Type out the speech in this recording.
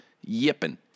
yipping